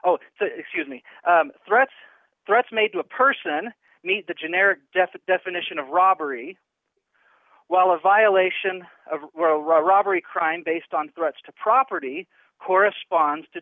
oh excuse me threats threats made to a person meet the generic definite definition of robbery while a violation of a robbery crime based on threats to property corresponds to